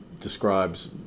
describes